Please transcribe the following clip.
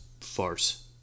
farce